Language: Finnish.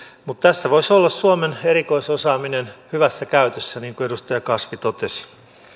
mutta tässä voisi olla suomen erikoisosaaminen hyvässä käytössä niin kuin edustaja kasvi totesi